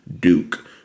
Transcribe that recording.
Duke